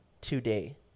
today